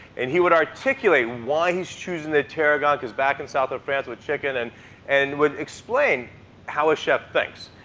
and he would articulate why he's choosing the tarragon, because back in south of france with chicken and and would explain how a chef thinks.